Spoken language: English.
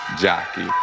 jockey